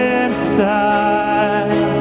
inside